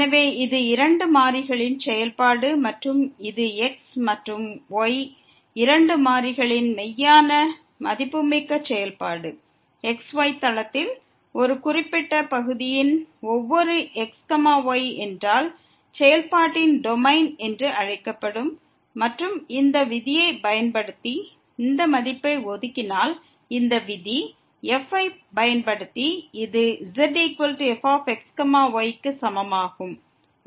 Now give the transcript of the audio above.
எனவே இது இரண்டு மாறிகளின் செயல்பாடு மற்றும் இது x மற்றும் y இரண்டு மாறிகளின் மெய்யான மதிப்புமிக்க செயல்பாடு x y தளத்தில் ஒரு குறிப்பிட்ட பகுதியின் ஒவ்வொரு xy செயல்பாட்டின் டொமைன் என்று அழைக்கப்படும் மற்றும் இந்த விதியைப் பயன்படுத்தி இந்த மதிப்பை ஒதுக்கினால் இந்த விதி f ஐப் பயன்படுத்தி இது zfxy க்கு சமமாகும்